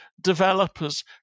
developers